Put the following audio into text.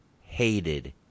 hated